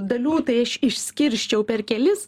dalių tai aš išskirsčiau per kelis